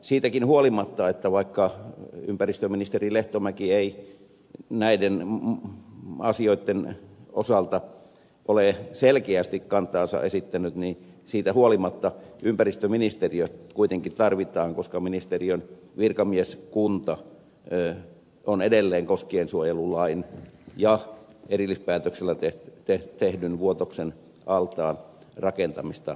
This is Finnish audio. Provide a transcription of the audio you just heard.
siitäkin huolimatta ettei ympäristöministeri lehtomäki näiden asioitten osalta ole selkeästi kantaansa esittänyt ympäristöministeriö kuitenkin tarvitaan koska ministeriön virkamieskunta on edelleen koskiensuojelulain ja erillispäätöksellä tehtävän vuotoksen altaan rakentamista vastaan